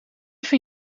van